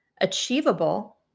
Achievable